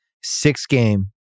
six-game